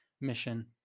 mission